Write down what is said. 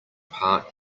part